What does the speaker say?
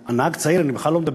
על נהג צעיר אני בכלל לא מדבר.